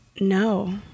No